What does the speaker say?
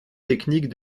technique